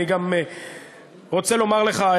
אני גם רוצה לומר לך,